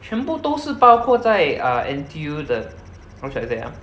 全部都是包括在 uh N_T_U 的 how should I say ah